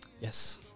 Yes